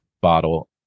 bottle